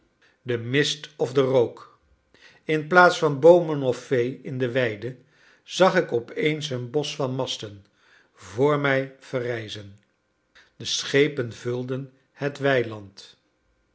de mist of de rook inplaats van boomen of vee in de weide zag ik opeens een bosch van masten vr mij verrijzen de schepen vulden het weiland